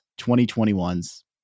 2021's